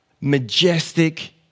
majestic